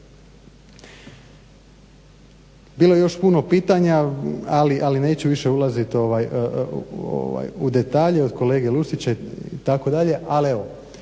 Bilo je još puno pitanja, ali neću više ulazit u detalje od kolege Lucića itd.,